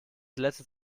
glätte